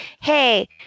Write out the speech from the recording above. hey